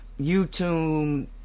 YouTube